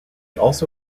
also